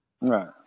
Right